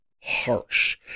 harsh